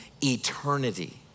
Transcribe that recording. eternity